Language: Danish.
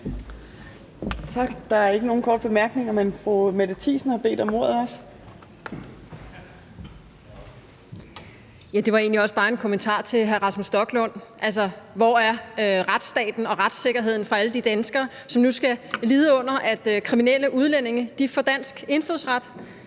Tak. Der er ikke nogen korte bemærkninger, men fru Mette Thiesen har også bedt om ordet. Kl. 15:24 (Ordfører) Mette Thiesen (NB): Det var egentlig også bare en kommentar til hr. Rasmus Stoklund. Altså, hvor er retsstaten og retssikkerheden for alle de danskere, som nu skal lide under, at kriminelle udlændinge får dansk indfødsret?